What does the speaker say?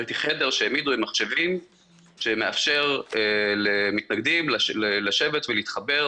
ראיתי חדר שהעמידו עם מחשבים שמאפשר למתנגדים לשבת ולהתחבר